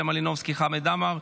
יוליה מלינובסקי וחמד עמאר,